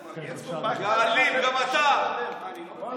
אני לא ראוי